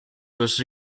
was